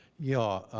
yeah.